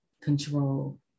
control